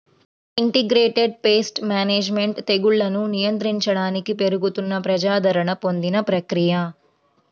integrated pest management తెగుళ్లను నియంత్రించడానికి పెరుగుతున్న ప్రజాదరణ పొందిన ప్రక్రియ